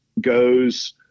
goes